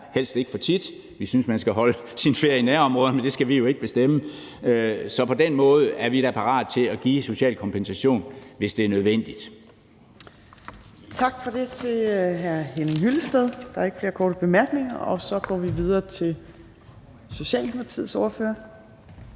helst ikke for tit. Vi synes, man skal holde sin ferie i nærområderne, men det skal vi jo ikke bestemme. Så på den måde er vi da parate til at give social kompensation, hvis det er nødvendigt. Kl. 11:55 Tredje næstformand (Trine Torp): Tak for det til hr. Henning Hyllested. Der er ikke flere korte bemærkninger. Så går vi videre til Socialdemokratiets ordfører.